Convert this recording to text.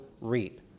reap